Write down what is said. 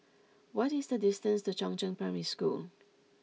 what is the distance to Chongzheng Primary School